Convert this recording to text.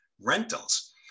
rentals